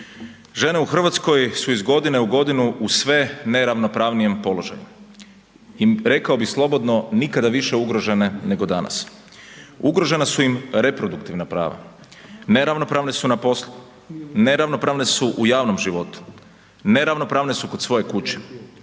Žene u Hrvatskoj su iz godine u godinu u sve neravnopravnijem položaju. I rekao bih slobodno nikada više ugrožene nego danas. Ugrožena su im reproduktivna prava, neravnopravne su na poslu, neravnopravne su u javnom životu, neravnopravne su kod svoje kuće,